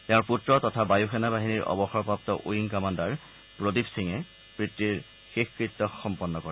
তেওঁৰ পুত্ৰ তথা বায়ু সেনা বাহিনীৰ অৱসৰপ্ৰাপ্ত উইং কামাণ্ডাৰ প্ৰদীপ সিঙে পিতৃৰ শেষকৃত্য সম্পন্ন কৰে